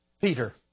Peter